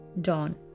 dawn